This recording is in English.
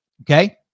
okay